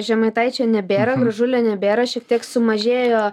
žemaitaičio nebėra gražulio nebėra šiek tiek sumažėjo